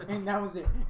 that and that was it,